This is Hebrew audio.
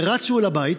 רצו אל הבית,